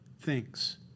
thinks